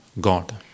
God